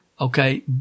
okay